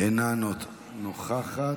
אינה נוכחת.